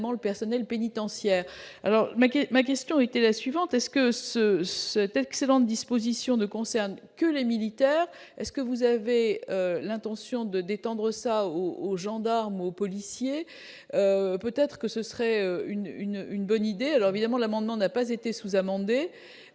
le personnel pénitentiaire alors mais est ma question était la suivante est-ce que ce cette excellente disposition ne concerne que les militaires, est ce que vous avez l'intention de détendre ça aux gendarmes, aux policiers, peut-être que ce serait une une bonne idée, alors évidemment l'amendement n'a pas été sous-amendé